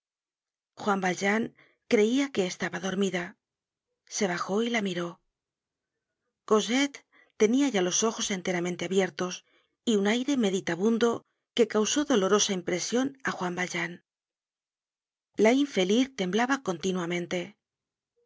juan valjean creia que estaba dormida se bajó y la miró cosette tenia los ojos enteramente abiertos y un aire meditabundo que causó dolorosa impresion á juan valjean la infeliz temblaba continuamente